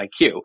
IQ